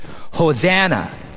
Hosanna